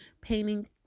painting